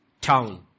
town